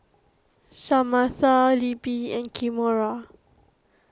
Samatha Libby and Kimora